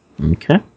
Okay